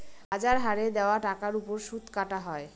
বাজার হারে দেওয়া টাকার ওপর সুদ কাটা হয়